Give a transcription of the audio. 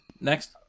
next